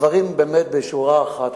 אני אגיד את הדברים בשורה אחת,